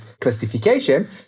classification